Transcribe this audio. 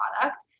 product